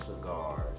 cigars